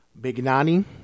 bignani